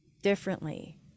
differently